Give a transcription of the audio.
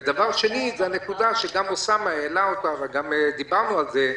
דבר שני הוא הנקודה שגם אוסאמה סעדי העלה וגם דיברנו על זה: